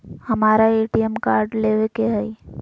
हमारा ATM card लेव के हई